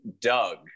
Doug